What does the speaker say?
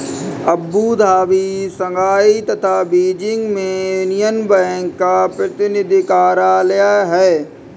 Abu Dhabi, Shanghai तथा Beijing में Union Bank का प्रतिनिधि कार्यालय है?